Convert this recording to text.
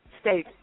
State